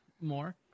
more